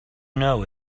know